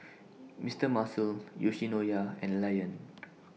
Mister Muscle Yoshinoya and Lion